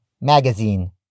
magazine